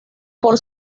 por